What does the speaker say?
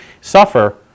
suffer